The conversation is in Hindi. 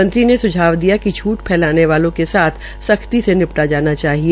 मंत्री ने स्झाव दिया कि झूठ फैलाने वालों के साथ सख्ती से निपटा जाना चाहिए